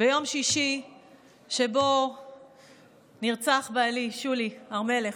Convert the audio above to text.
ביום שישי שבו נרצח בעלי שולי הר מלך,